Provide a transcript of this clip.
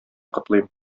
котлыйм